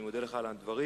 אני מודה לך על הדברים.